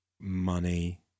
money